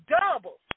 double